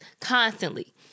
Constantly